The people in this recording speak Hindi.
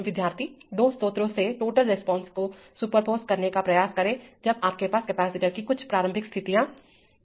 विद्यार्थी दो स्रोतों से टोटल रिस्पांस को सुपरपोज़ करने का प्रयास करें जब आपके पास कपैसिटर की कुछ प्रारंभिक स्थिति हो